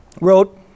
wrote